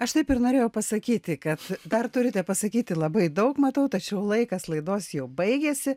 aš taip ir norėjau pasakyti kad dar turite pasakyti labai daug matau tačiau laikas laidos jau baigėsi